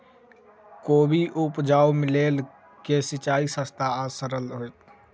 कोबी उपजाबे लेल केँ सिंचाई सस्ता आ सरल हेतइ?